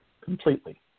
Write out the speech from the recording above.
completely